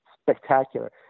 spectacular